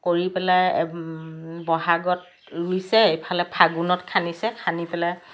কৰি পেলাই বহাগত ৰুইছে এইফালে ফাগুণত হৈছে খানি পেলাই